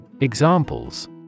Examples